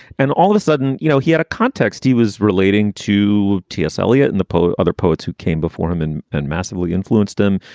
and all of a sudden, you know, he had a context. he was relating to t s. eliot and the poet, other poets who came before him and and massively influenced him.